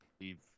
Leave